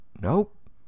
Nope